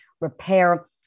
repair